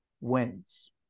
wins